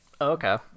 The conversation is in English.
okay